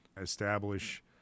establish